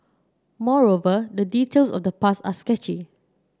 moreover the details of the past are sketchy